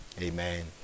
amen